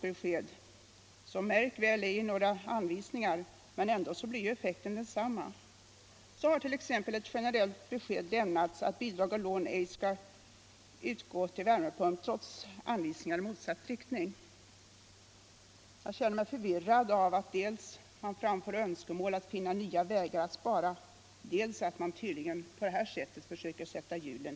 Detta är — märk väl — inte några anvisningar, men ändå blir effekten densamma. Så har t.ex. ett generellt besked lämnats att bidrag och lån ej skall utgå till installation av värmepump -— trots anvisningar i motsatt riktning. Jag känner mig förvirrad av att man dels framför önskemål om nya vägar att spara, dels på det här sättet tydligen försöker sätta käppar i hjulet.